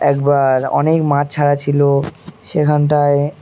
একবার অনেক মাছ ছাড়া ছিলো সেখানটায়